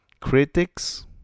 critics